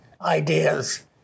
ideas